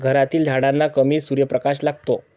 घरातील झाडांना कमी सूर्यप्रकाश लागतो